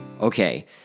Okay